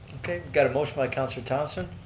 okay, got a motion by councillor thomsen,